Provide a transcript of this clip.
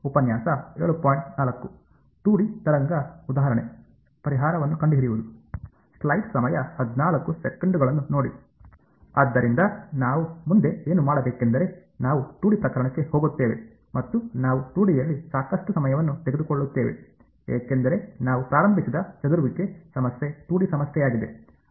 ಆದ್ದರಿಂದ ನಾವು ಮುಂದೆ ಏನು ಮಾಡಬೇಕೆಂದರೆ ನಾವು 2 ಡಿ ಪ್ರಕರಣಕ್ಕೆ ಹೋಗುತ್ತೇವೆ ಮತ್ತು ನಾವು 2ಡಿ ಯಲ್ಲಿ ಸಾಕಷ್ಟು ಸಮಯವನ್ನು ತೆಗೆದುಕೊಳುತ್ತೇವೆ ಏಕೆಂದರೆ ನಾವು ಪ್ರಾರಂಭಿಸಿದ ಚದುರುವಿಕೆ ಸಮಸ್ಯೆ 2ಡಿ ಸಮಸ್ಯೆಯಾಗಿದೆ